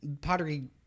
pottery